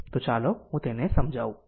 તો ચાલો હું તેને સમજાવું